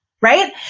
right